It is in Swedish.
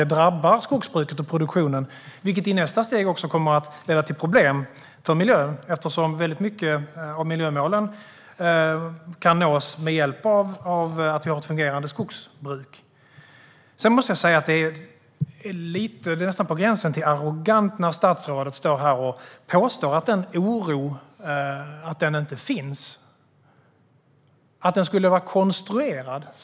Det drabbar skogsbruket och produktionen, vilket i nästa steg också kommer att leda till problem för miljön, eftersom väldigt mycket av miljömålen kan nås med hjälp av att vi har ett fungerande skogsbruk. Sedan måste jag säga att det nästan är på gränsen till arrogant när statsrådet står här och påstår att den oro jag talar om inte finns utan skulle vara konstruerad.